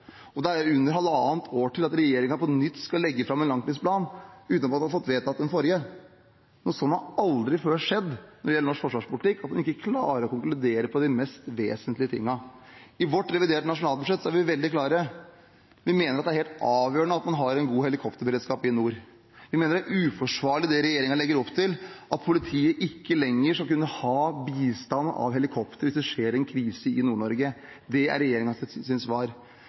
og det er under halvannet år til regjeringen på nytt skal legge fram en langtidsplan, uten at man har fått vedtatt den forrige. Noe sånt har aldri før skjedd når det gjelder norsk forsvarspolitikk, at man ikke klarer å konkludere på de mest vesentlige tingene. I vårt reviderte nasjonalbudsjett er vi veldig klare. Vi mener at det er helt avgjørende at man har en god helikopterberedskap i nord. Vi mener det er uforsvarlig det regjeringen legger opp til, at politiet ikke lenger skal kunne ha bistand av helikoptre hvis det skjer en krise i Nord-Norge. Det er regjeringens svar.